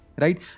right